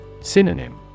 Synonym